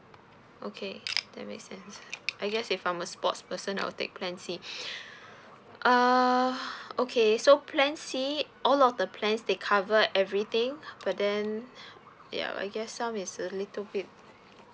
okay that make sense I guess if I'm a sportsperson I'll take plan C err okay so plan C all of the plans they cover everything but then yup I guess some is a little bit